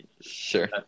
sure